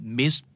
miss